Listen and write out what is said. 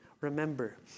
Remember